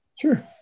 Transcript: Sure